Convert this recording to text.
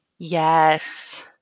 Yes